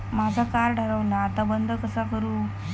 माझा कार्ड हरवला आता बंद कसा करू?